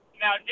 Now